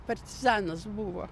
partizanas buvo